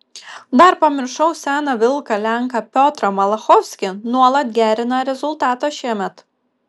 dar pamiršau seną vilką lenką piotrą malachovskį nuolat gerina rezultatą šiemet